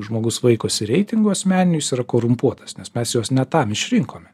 žmogus vaikosi reitingų asmeninių jis yra korumpuotas nes mes juos ne tam išrinkome